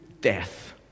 death